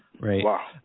Right